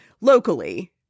Locally